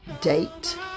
date